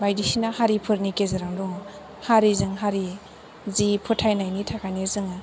बायदि सिना हारि फोरनि गेजेरावनो दङ हारिजों हारि जि फोथायनायनि थाखायनो जोङो